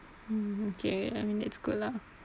okay I mean it's good lah